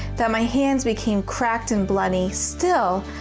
that my hands became cracked and bloody. still,